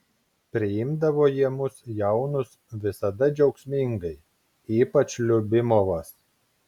priimdavo jie mus jaunus visada džiaugsmingai ypač liubimovas